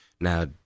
Now